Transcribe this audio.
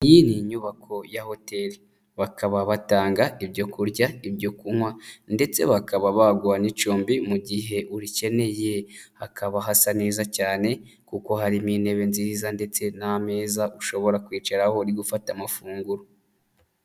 Iyi ni inyubako ya hoteli, bakaba batanga ibyo kurya, ibyo kunywa ndetse bakaba baguha n'icumbi mu gihe urikeneye, hakaba hasa neza cyane kuko harimo intebe nziza ndetse n'ameza ushobora kwicaraho uri gufata amafunguro.